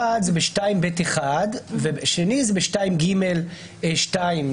אחד ב-2ב(1), ושנית ב-2ג(2).